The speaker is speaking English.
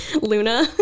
Luna